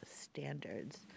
standards